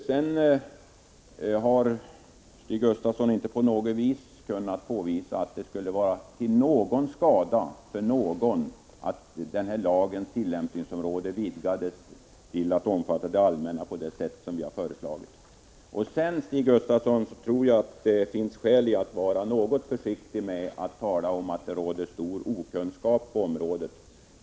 Stig Gustafsson har inte på något vis kunnat påvisa att det skulle vara till någon skada för någon att denna lags tillämpningsområde vidgades till att omfatta det allmänna, på det sätt som vi har föreslagit. Jag tror, Stig Gustafsson, att det finns skäl att vara något försiktig med att tala om att det råder stor okunskap på området.